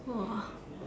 !wah!